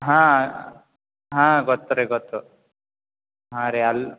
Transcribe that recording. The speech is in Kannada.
ಹಾಂ ಹಾಂ ಗೊತ್ತು ರೀ ಗೊತ್ತು ಹಾಂ ರೀ ಅಲ್ಲಿ